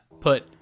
put